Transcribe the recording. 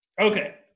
Okay